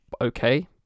Okay